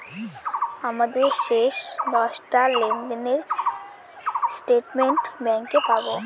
আমাদের শেষ দশটা লেনদেনের স্টেটমেন্ট ব্যাঙ্কে পাবো